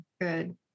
Good